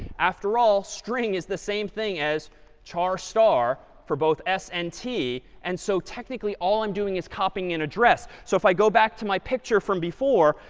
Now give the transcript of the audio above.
after all, string is the same thing as char star for both s and t. and so technically, all i'm doing is copying an address. so if i go back to my picture from before,